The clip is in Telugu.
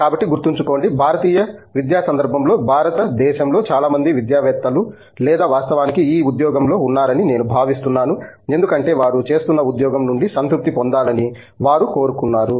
కాబట్టి గుర్తుంచుకోండి భారతీయ విద్యా సందర్భంలో భారత దేశంలో చాలా మంది విద్యావేత్తలు లేదా వాస్తవానికి ఈ ఉద్యోగంలో ఉన్నారని నేను భావిస్తున్నాను ఎందుకంటే వారు చేస్తున్న ఉద్యోగం నుండి సంతృప్తి పొందాలని వారు కోరుకున్నారు